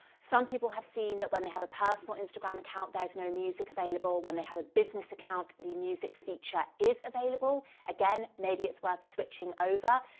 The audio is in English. some people have seen that when they have a personal instagram account there's no music available, when they have a business account the music feature is available. again, maybe it's worth switching over.